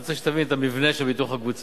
אני רוצה שתבין את המבנה של הביטוח הקבוצתי,